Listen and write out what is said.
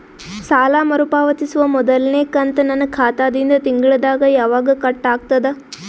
ಸಾಲಾ ಮರು ಪಾವತಿಸುವ ಮೊದಲನೇ ಕಂತ ನನ್ನ ಖಾತಾ ದಿಂದ ತಿಂಗಳದಾಗ ಯವಾಗ ಕಟ್ ಆಗತದ?